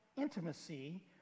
intimacy